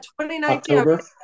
2019